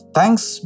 Thanks